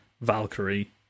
Valkyrie